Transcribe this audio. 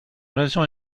raison